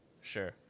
sure